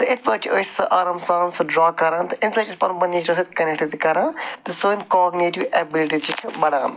تہٕ یِتھٕ پٲٹھۍ چھِ أسۍ سۅ آرام سان سُہ ڈرا کَران تہٕ اَمہِ سۭتۍ چھِ أسۍ پَنُن پان نیچرَس سۭتۍ کَنٮ۪کٹ تہِ کَران تہٕ سٲنۍ کاگنیٹِو ایبلِٹی چھِ بَڈان